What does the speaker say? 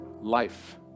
life